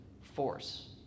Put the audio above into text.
force